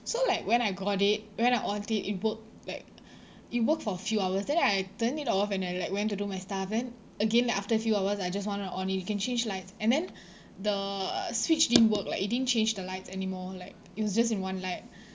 so like when I got it when I oned it it worked like it worked for a few hours then I turn it off and I like went to do my stuff and then again like after few hours I just want to on it you can change lights and then the switch didn't work like it didn't change the lights anymore like it was just in one light